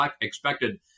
expected